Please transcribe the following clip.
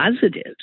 positives